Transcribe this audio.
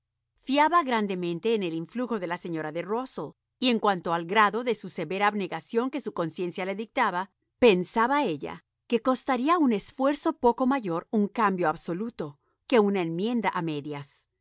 fiaba grandemente en el influjo de la señora de rusell y en cuanto al grado de severa abnegación que su conciencia le dictaba pensaba ella que costaría un esfuerzo poco mayor un cambio absoluto que una enmienda a medias